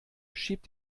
schiebt